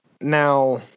Now